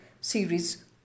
Series